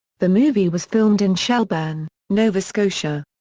the movie was filmed in shelburne, nova scotia.